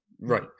Right